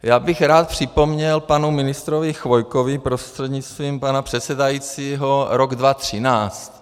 Rád bych připomněl panu ministrovi Chvojkovi prostřednictvím pana předsedajícího rok 2013.